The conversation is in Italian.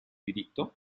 diritto